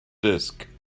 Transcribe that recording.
disk